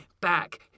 back